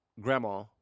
Grandma